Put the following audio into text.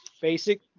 basic